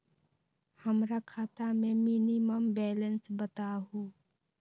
हमरा खाता में मिनिमम बैलेंस बताहु?